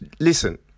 listen